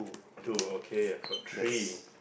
two okay I've got three